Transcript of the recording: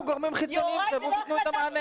גורמים חיצוניים שיבואו ויתנו את המענה.